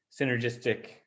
synergistic